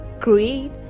create